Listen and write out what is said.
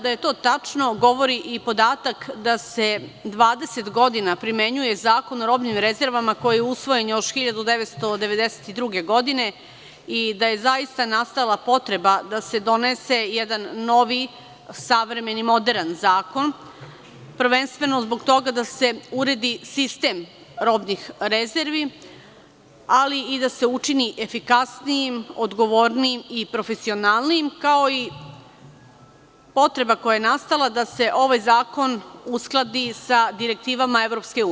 Da je to tačno, govori podatak da se 20 godina primenjuje Zakon o robnim rezervama koji je usvojen još 1992. godine i da je zaista nastala potreba da se donese jedan novi, savremeni, moderan zakon, a prvenstveno zbog toga da se uredi sistem robnih rezervi, ali i da se učini efikasnijim odgovornijim i profesionalnijim, kao i potreba koja je nastala da se ovaj zakon uskladi sa direktivama EU.